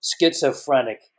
schizophrenic